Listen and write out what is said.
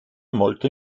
molto